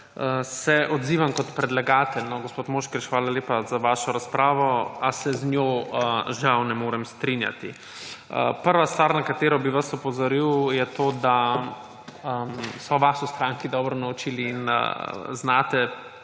Se odzivam kot predlagatelj. Gospod Moškrič, hvala lepa za vašo razpravo, a se z njo žal ne morem strinjati. Prva stvar, na katero bi vas opozoril je to, da so vas v stranki dobro naučili in znate